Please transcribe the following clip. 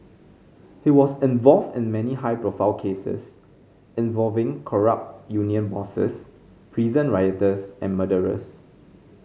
he was involved in many high profile cases involving corrupt union bosses prison rioters and murderers